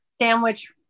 Sandwich